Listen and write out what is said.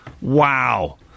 Wow